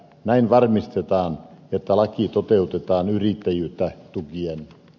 näin varmistetaan että laki toteutetaan yrittäjyyttä tukien